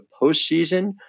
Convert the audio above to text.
postseason